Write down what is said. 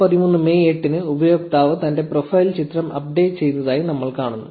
2013 May 8 ന് ഉപയോക്താവ് തന്റെ പ്രൊഫൈൽ ചിത്രം അപ്ഡേറ്റ് ചെയ്തതായി നമ്മൾ കാണുന്നു